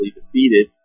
defeated